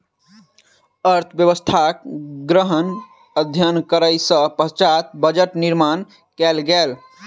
अर्थव्यवस्थाक गहन अध्ययन करै के पश्चात बजट निर्माण कयल गेल